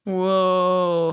Whoa